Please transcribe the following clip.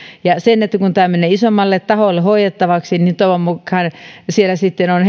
ja kun tämä menee isommalle taholle hoidettavaksi niin toivon mukaan siellä sitten on